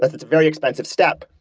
but it's a very expensive step.